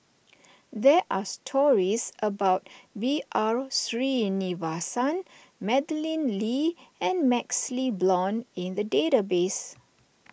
there are stories about B R Sreenivasan Madeleine Lee and MaxLe Blond in the database